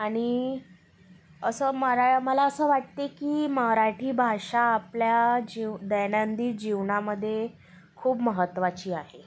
आणि असं मरा मला असं वाटते की मराठी भाषा आपल्या जीव दैनंदिन जीवनामध्ये खूप महत्त्वाची आहे